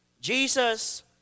Jesus